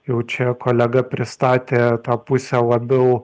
jau čia kolega pristatė tą pusę labiau